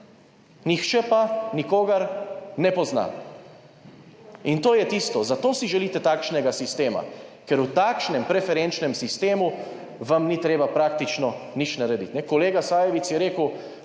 Nihče pa nikogar ne pozna. In to je tisto, zato si želite takšnega sistema, ker v takšnem preferenčnem sistemu vam ni treba praktično nič narediti. Kolega Sajovic je rekel,